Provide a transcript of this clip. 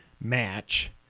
Match